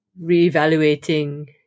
reevaluating